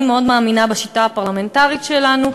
ואני מאוד מאמינה בשיטה הפרלמנטרית שלנו,